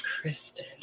Kristen